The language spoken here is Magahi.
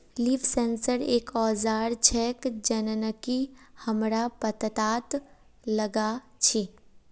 लीफ सेंसर एक औजार छेक जननकी हमरा पत्ततात लगा छी